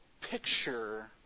picture